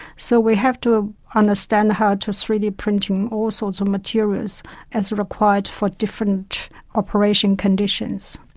so we have to understand how to three d print and and all sorts of materials as required for different operating conditions.